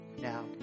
now